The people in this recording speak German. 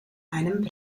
einem